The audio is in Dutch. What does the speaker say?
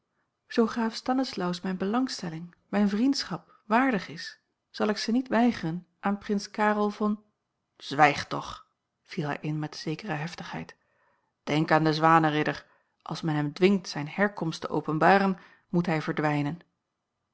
zoo graaf stanislaus mijne belangstelling mijne vriendschap waardig is zal ik ze niet weigeren aan prins karel von zwijg toch viel hij in met zekere heftigheid denk aan den zwanenridder als men hem dwingt zijne herkomst te openbaren moet hij verdwijnen